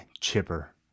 chipper